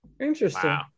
Interesting